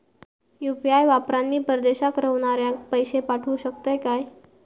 UPI वापरान मी परदेशाक रव्हनाऱ्याक पैशे पाठवु शकतय काय?